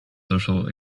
social